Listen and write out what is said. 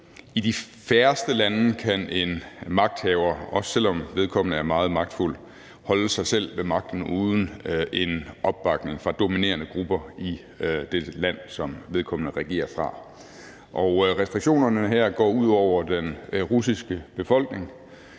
i de færreste lande kan en magthaver, også selv om vedkommende er meget magtfuld, holde sig selv ved magten uden en opbakning fra dominerende grupper i det land, som vedkommende regerer. Restriktionerne her går ud over den russiske befolkning,